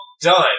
done